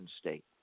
state